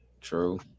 True